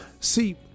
See